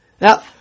Now